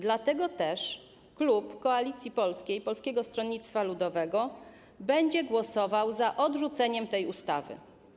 Dlatego też klub Koalicji Polskiej i Polskiego Stronnictwa Ludowego będzie głosował za odrzuceniem tej ustawy.